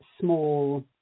small